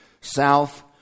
south